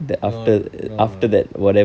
no no no